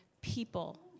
people